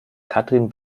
katrin